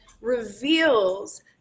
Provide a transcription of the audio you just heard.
reveals